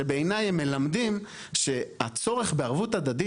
שבעיניי הם מלמדים שהצורך בערבות הדדית